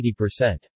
80%